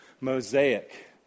mosaic